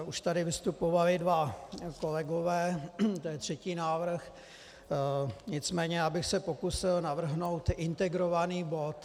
Už tady vystupovali dva kolegové, to je třetí návrh, nicméně já bych se pokusil navrhnout integrovaný bod.